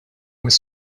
mis